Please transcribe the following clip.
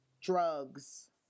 drugs